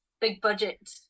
big-budget